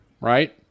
right